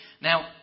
Now